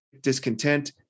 discontent